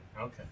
Okay